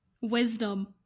wisdom